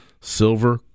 silver